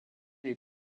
les